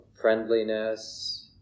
friendliness